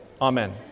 Amen